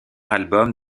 album